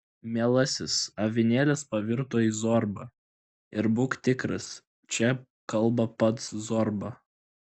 mielasis avinėlis pavirto į zorbą ir būk tikras čia kalba pats zorba